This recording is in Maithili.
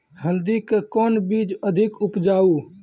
हल्दी के कौन बीज अधिक उपजाऊ?